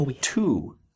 two